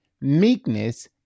meekness